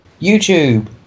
YouTube